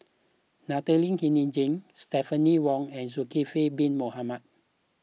Natalie Hennedige Stephanie Wong and Zulkifli Bin Mohamed